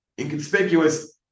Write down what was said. Inconspicuous